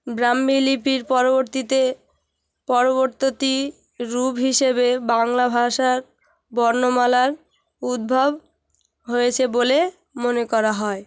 ব্রাহ্মীলিপির পরবর্তীতে পরিবর্তিত রূপ হিসেবে বাংলা ভাষার বর্ণমালার উদ্ভব হয়েছে বলে মনে করা হয়